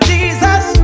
Jesus